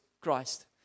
Christ